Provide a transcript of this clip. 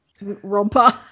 romper